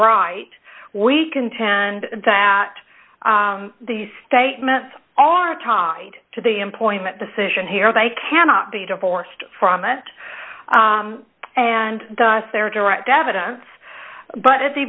right we contend that the statements are timed to the employment decision here they cannot be divorced from it and thus their direct evidence but at the